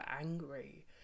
angry